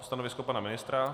Stanovisko pana ministra?